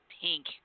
pink